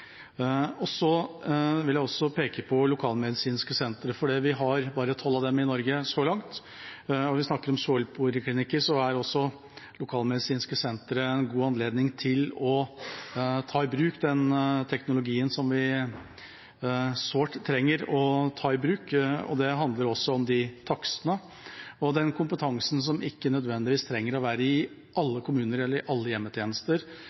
henvise. Så vil jeg også peke på lokalmedisinske sentre – vi har bare tolv av dem i Norge så langt. Når vi snakker om sårpoliklinikker, er det en god anledning for lokalsmedisinske sentre til å ta i bruk den teknologien som vi så sårt trenger å ta i bruk. Det handler også om disse takstene, og den kompetansen som ikke nødvendigvis trenger å være i alle kommuner eller i alle hjemmetjenester,